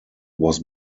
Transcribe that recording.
was